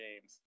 games